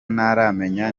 ntaramenya